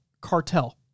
Cartel